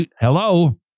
Hello